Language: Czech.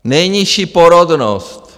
Nejnižší porodnost.